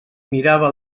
mirava